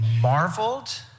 marveled